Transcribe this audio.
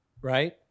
right